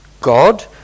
God